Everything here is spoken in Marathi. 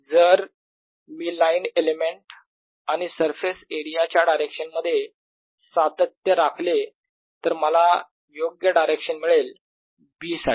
जर मी लाईन एलिमेंट आणि सरफेस एरिया च्या डायरेक्शन मध्ये सातत्य राखले तर मला योग्य डायरेक्शन मिळेल B साठी